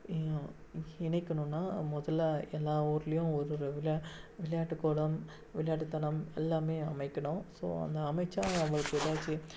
இ இணைக்கணுன்னால் முதல்ல எல்லா ஊர்லேயும் ஒரு ஒரு விளையா விளையாட்டு கூடம் விளையாட்டு தளம் எல்லாமே அமைக்கணும் ஸோ அந்த அமைத்தா அவங்களுக்கு எதாச்சு